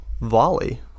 volley